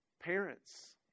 Parents